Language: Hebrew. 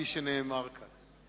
כפי שנאמר כאן,